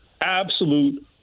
absolute